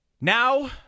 now